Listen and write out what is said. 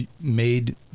made